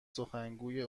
سخنگوی